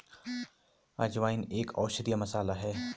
अजवाइन एक औषधीय मसाला है